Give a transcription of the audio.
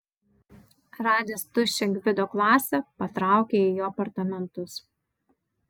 radęs tuščią gvido klasę patraukė į jo apartamentus